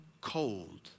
cold